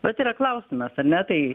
vat yra klausimas ar ne tai